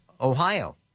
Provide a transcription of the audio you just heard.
Ohio